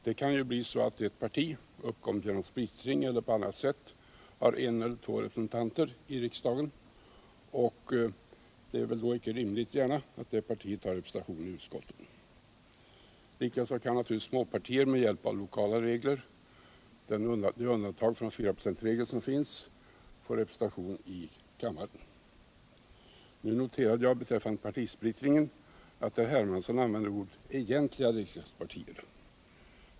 Det kan ju bli så, att ett parti, uppkommet genom splittring eller på annat sätt, har en eller två representanter i riksdagen, och det är väl då inte rimligt att det partiet är representerat i utskotten. Likaså kan naturligtvis småpartier med hjälp av tolvprocentsregeln, ett undantag från fyraprocentsregeln, få representation i kammaren. Nu noterade jag beträffande partisplittringen att herr Hermansson använde beteckningen ”egentliga riksdagspartier”.